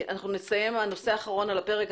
הנושא האחרון על הפרק.